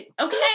okay